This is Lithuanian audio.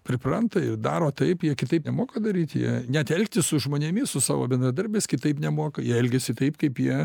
pripranta ir daro taip jie kitaip nemoka daryti jie net elgtis su žmonėmis su savo bendradarbiais kitaip nemoka jie elgiasi taip kaip jie